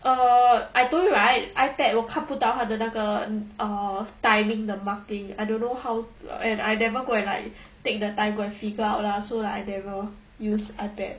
uh I told you right ipad 我看不到它的那个 uh timing the marking I don't know how and I never go and like take the time go and figure out lah so like I never use ipad